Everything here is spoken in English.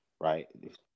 Right